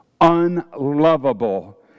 unlovable